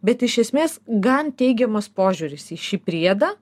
bet iš esmės gan teigiamas požiūris į šį priedą